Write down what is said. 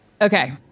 Okay